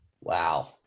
Wow